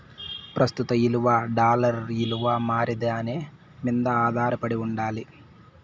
ప్రస్తుత ఇలువ డాలర్ ఇలువ మారేదాని మింద ఆదారపడి ఉండాలి